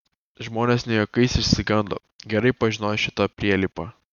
žmonės ne juokais išsigando gerai pažinojo šitą prielipą